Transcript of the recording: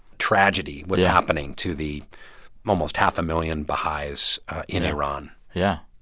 tragedy, what's happening to the almost half a million baha'is in iran yeah.